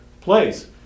place